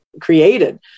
created